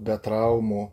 be traumų